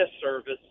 service